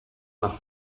nach